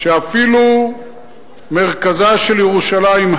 כשאפילו מרכזה של ירושלים,